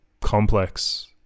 Complex